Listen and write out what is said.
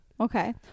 Okay